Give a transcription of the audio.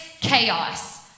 chaos